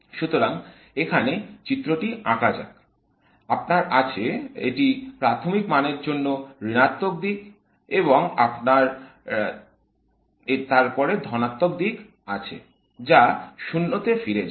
সুতরাং এখানে চিত্রটি আঁকা যাক আপনার আছে এটি প্রাথমিক মানের জন্য ঋণাত্মক দিক এবং তারপরে আপনার ধনাত্মক দিক আছে যা 0 এ ফিরে যায়